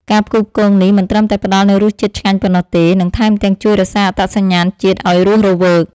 ការផ្គូផ្គងនេះមិនត្រឹមតែផ្តល់នូវរសជាតិឆ្ងាញ់ប៉ុណ្ណោះទេនិងថែមទាំងជួយរក្សាអត្តសញ្ញាណជាតិឱ្យរស់រវើក។